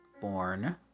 born